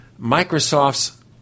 Microsoft's